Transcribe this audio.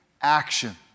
action